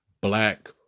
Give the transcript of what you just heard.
black